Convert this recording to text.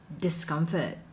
discomfort